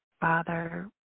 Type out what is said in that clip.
father